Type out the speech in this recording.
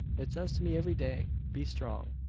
it says to me every day be strong,